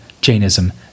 Jainism